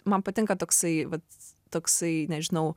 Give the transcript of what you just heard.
man patinka toksai vat toksai nežinau